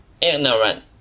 ignorant